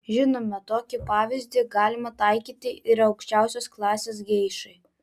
žinoma tokį pavyzdį galima taikyti ir aukščiausios klasės geišai